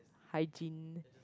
hygiene